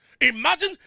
Imagine